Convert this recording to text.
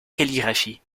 calligraphie